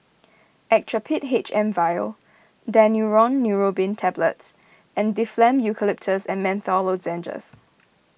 Actrapid H M vial Daneuron Neurobion Tablets and Difflam Eucalyptus and Menthol Lozenges